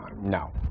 no